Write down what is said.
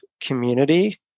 community